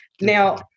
Now